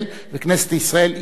וכנסת ישראל אישרה.